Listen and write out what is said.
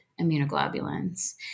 immunoglobulins